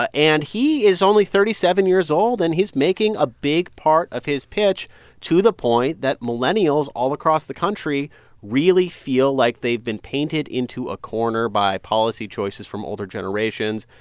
ah and he is only thirty seven years old, and he's making a big part of his pitch to the point that millennials all across the country really feel like they've been painted into a corner by policy choices from older generations.